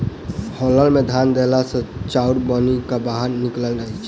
hauler मे धान देला सॅ चाउर बनि क बाहर निकलैत अछि